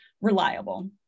reliable